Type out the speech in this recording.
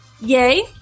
yay